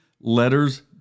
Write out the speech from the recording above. letters